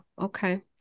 Okay